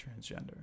transgender